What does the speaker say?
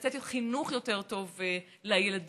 לתת חינוך יותר טוב לילדים,